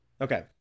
Okay